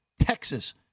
Texas